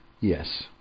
Yes